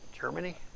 Germany